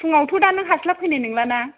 फुङावथ' दा नों हास्लाफैनाय नोंला ना